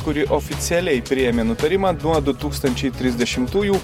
kuri oficialiai priėmė nutarimą nuo du tūkstančiai trisdešimtųjų